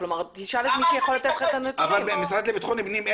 חבר הכנסת סעדי --- אני שואל את נציג המשרד לבטחון פנים,